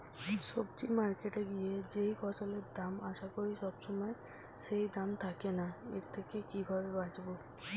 সবজি মার্কেটে গিয়ে যেই ফসলের দাম আশা করি সবসময় সেই দাম থাকে না এর থেকে কিভাবে বাঁচাবো?